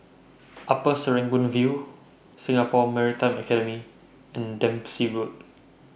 Upper Serangoon View Singapore Maritime Academy and Dempsey Road